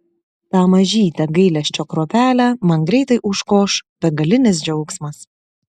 tą mažytę gailesčio kruopelę man greitai užgoš begalinis džiaugsmas